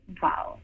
wow